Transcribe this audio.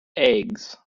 eggs